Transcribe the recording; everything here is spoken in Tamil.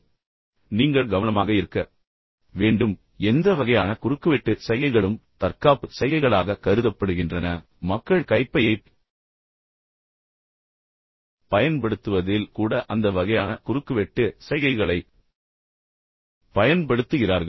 எனவே நீங்கள் மிகவும் கவனமாக இருக்க வேண்டும் பொதுவாக எந்த வகையான குறுக்குவெட்டு சைகைகளும் தற்காப்பு சைகைகளாக கருதப்படுகின்றன எனவே மக்கள் கைப்பையைப் பயன்படுத்துவதில் கூட அந்த வகையான குறுக்குவெட்டு சைகைகளைப் பயன்படுத்துகிறார்கள்